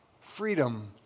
freedom